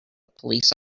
police